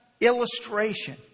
illustration